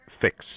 fix